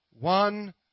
One